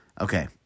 Okay